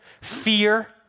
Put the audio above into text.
fear